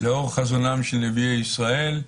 לאור חזונם של נביאי ישראל,